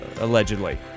allegedly